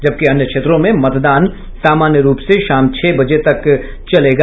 जबकि अन्य क्षेत्रों में मतदान सामान्य रूप से शाम छह बजे तक चलेगा